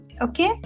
okay